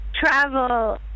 travel